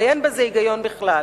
הרי אין בזה היגיון בכלל.